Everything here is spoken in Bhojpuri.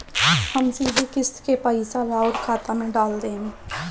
हम सीधे किस्त के पइसा राउर खाता में डाल देम?